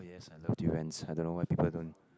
oh yes I love durians I don't know why people don't